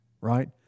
Right